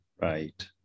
Right